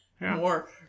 more